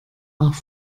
nach